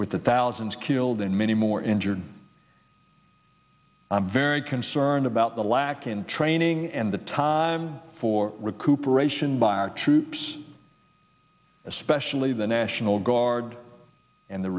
with the thousands killed and many more injured i'm very concerned about the lack in training and the time for recuperation by our troops especially the national guard and the